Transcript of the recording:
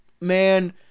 man